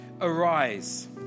arise